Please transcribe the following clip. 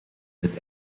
het